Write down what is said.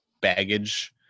baggage